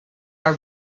are